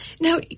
now